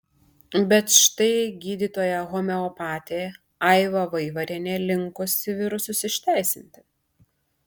bet štai gydytoja homeopatė aiva vaivarienė linkusi virusus išteisinti